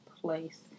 place